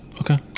Okay